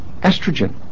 estrogen